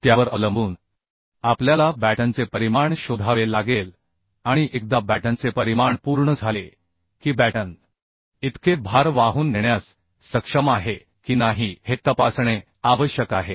त्यावर अवलंबून आपल्याला बॅटनचे परिमाण शोधावे लागेल आणि एकदा बॅटनचे परिमाण पूर्ण झाले की बॅटन इतके भार वाहून नेण्यास सक्षम आहे की नाही हे तपासणे आवश्यक आहे